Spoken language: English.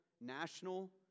national